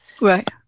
Right